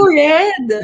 red